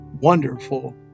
wonderful